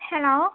hello